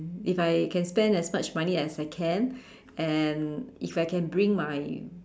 if I can spend as much money as I can and if I can bring my